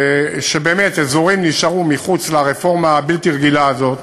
שבאמת אזורים נשארו מחוץ לרפורמה הבלתי-רגילה הזאת,